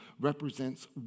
represents